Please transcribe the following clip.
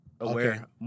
aware